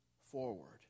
forward